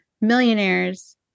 millionaires